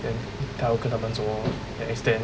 then 他要跟他们做 lor then extend